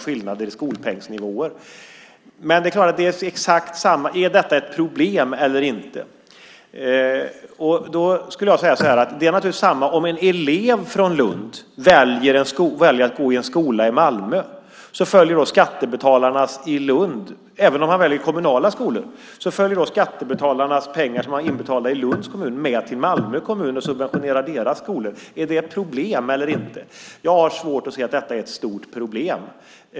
Är detta ett problem eller inte? Det är naturligtvis samma sak om en elev från Lund väljer att gå i en skola i Malmö. Även om han väljer en kommunal skola följer de pengar som är inbetalda av skattebetalarna i Lunds kommun med till Malmö kommun och subventionerar deras skolor. Är det ett problem eller inte? Jag har svårt att se att detta är ett stort problem.